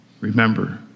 Remember